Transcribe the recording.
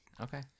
Okay